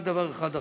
רק דבר אחד אחרון: